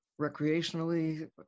recreationally